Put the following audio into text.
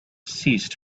ceased